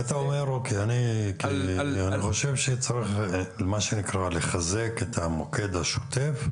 אתה אומר: אני חושב שצריך לחזק את המוקד השוטף.